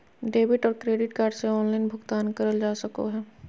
debit और credit card से online भुगतान करल जा सको हय